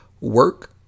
work